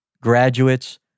graduates